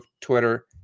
Twitter